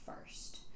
first